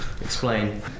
explain